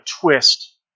twist